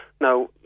Now